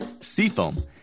Seafoam